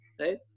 Right